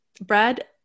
Brad